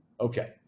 Okay